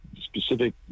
specific